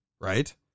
Right